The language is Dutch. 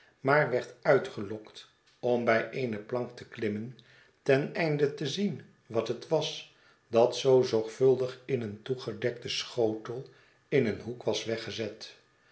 maar werd uitgelokt om bij eene plank te klimmen ten einde te zien wat het was dat zoo zorgvuldig in een toegedekten schotel in een hoek was weggezet